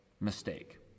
mistake